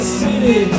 city